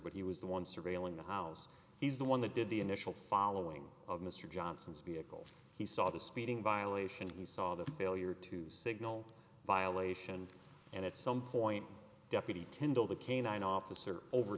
he was the one surveilling the house he's the one that did the initial following of mr johnson's vehicle he saw the speeding violation he saw the failure to signal violation and at some point deputy tendo the canine officer over